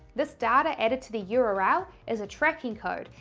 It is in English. this data added to the yeah url is a tracking code.